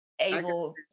able